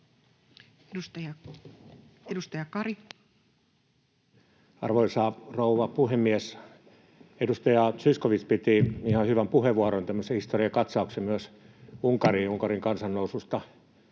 Content: Arvoisa rouva puhemies! Edustaja Zyskowicz piti ihan hyvän puheenvuoron ja myös tämmöisen historiakatsauksen Unkariin, Unkarin kansannoususta